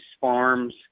farms